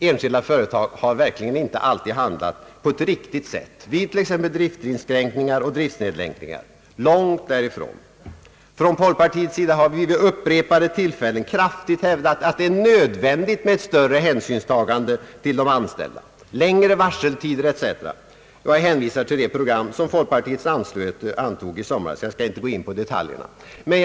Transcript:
Enskilda företag har verkligen inte alltid handlat på ett riktigt sätt vid driftinskränkningar och = driftnedläggelser — långt därifrån. Folkpartiet har vid upprepade tillfällen kraftigt hävdat att det är nödvändigt med ett större hänsynstagande till de anställda, längre varseltider etc. Jag hänvisar till det program som folkpartiet antog i somras men skall inte gå in på detaljerna i det.